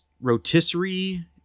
rotisserie